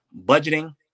budgeting